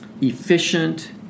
efficient